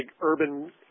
urban